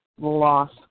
Loss